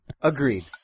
Agreed